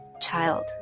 child